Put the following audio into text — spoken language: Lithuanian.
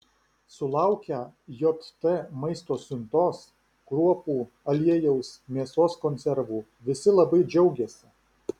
sulaukę jt maisto siuntos kruopų aliejaus mėsos konservų visi labai džiaugiasi